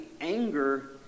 anger